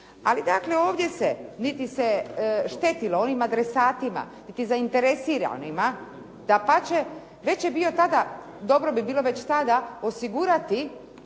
Ali dakle ovdje se niti se štetilo onim adresatima niti zainteresiranima. Dapače, već je bio tada, dobro bi bilo već tada osigurati